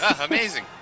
Amazing